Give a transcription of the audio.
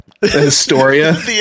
historia